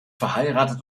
verheiratet